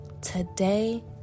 Today